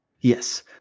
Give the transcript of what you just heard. Yes